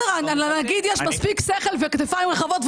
לנגיד יש מספיק שכל וכתפיים רחבות,